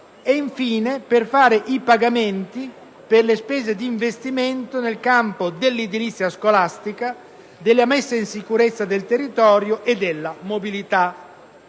i pagamenti, infine, per le spese di investimento nel campo dell'edilizia scolastica, della messa in sicurezza del territorio e della mobilità.